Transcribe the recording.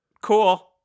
cool